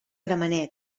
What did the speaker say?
gramenet